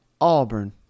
Auburn